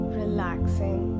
relaxing